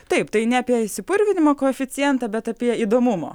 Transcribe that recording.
taip tai ne apie išsipurvinimo koeficientą bet apie įdomumo